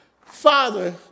Father